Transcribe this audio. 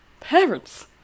Parents